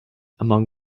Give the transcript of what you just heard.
among